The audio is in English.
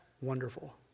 wonderful